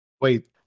Wait